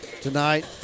tonight